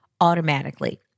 automatically